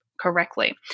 correctly